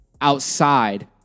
outside